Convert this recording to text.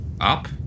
up